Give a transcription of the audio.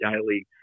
daily